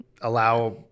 allow